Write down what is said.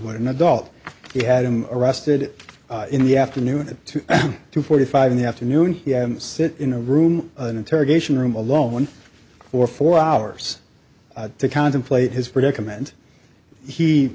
want an adult he had him arrested in the afternoon at two forty five in the afternoon he sit in a room an interrogation room alone for four hours to contemplate his predicament he